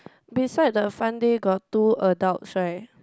beside the front there got two adults right